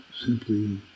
simply